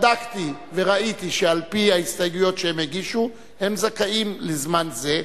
בדקתי וראיתי שעל-פי ההסתייגויות שהם הגישו הם זכאים לזמן זה.